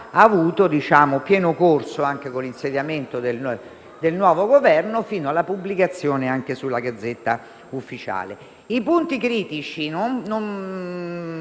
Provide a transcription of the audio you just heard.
avuto pieno corso anche con l'insediamento del nuovo Governo, fino alla pubblicazione anche in *Gazzetta Ufficiale*. I punti critici,